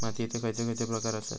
मातीयेचे खैचे खैचे प्रकार आसत?